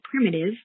primitive